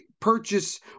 purchase